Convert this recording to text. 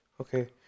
okay